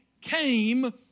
came